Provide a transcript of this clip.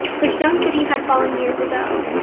the stone city had fallen years ago,